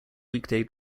weekday